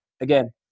again